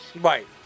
Right